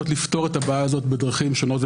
אמרת שזה חוק פשוט בהתחלה, מה הסיפור הגדול.